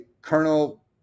Colonel